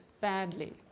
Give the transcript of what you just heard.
badly